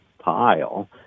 pile